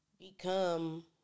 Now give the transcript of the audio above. become